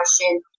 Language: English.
question